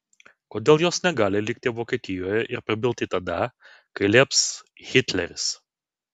kodėl jos negali likti vokietijoje ir prabilti tada kai lieps hitleris